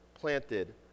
planted